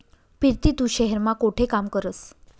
पिरती तू शहेर मा कोठे काम करस?